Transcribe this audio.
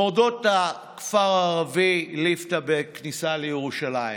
מורדות הכפר הערבי ליפתא בכניסה לירושלים